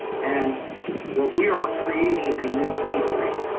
and what we are creating is a new b street.